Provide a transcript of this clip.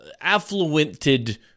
affluented